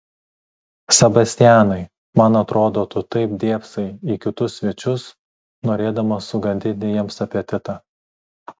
sebastianai man atrodo tu taip dėbsai į kitus svečius norėdamas sugadinti jiems apetitą